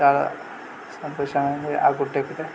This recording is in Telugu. చాలా సంతోషంగా ఉంది ఆ గుట్ట ఎక్కితే